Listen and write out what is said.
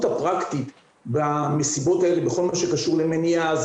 הפרקטית במסיבות האלה בכל מה שקשור למניעה,